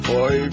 Boy